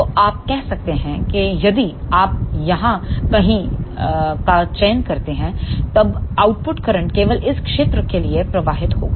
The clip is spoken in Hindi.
तो आप कह सकते हैं यदि आप यहां कहीं का चयन करते हैंतब आउटपुट करंट केवल इस क्षेत्र के लिए प्रवाहित होगा